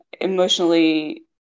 emotionally